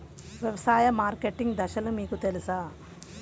వ్యవసాయ మార్కెటింగ్ దశలు మీకు తెలుసా?